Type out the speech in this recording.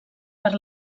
per